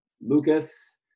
lucas